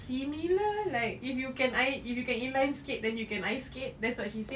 similar like if you can naik if you can inline skate then you can ice skate that's what she said